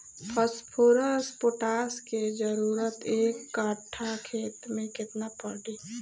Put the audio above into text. Phosphorus potash के जरूरत एक कट्ठा खेत मे केतना पड़ी?